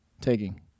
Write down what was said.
Taking